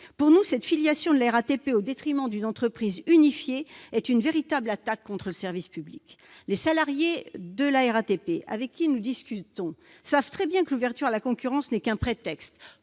Pour nous, cette filialisation de la RATP, au détriment d'une entreprise unifiée, est une véritable attaque contre le service public. Les salariés de la RATP, avec qui nous discutons, savent très bien que l'ouverture à la concurrence n'est qu'un prétexte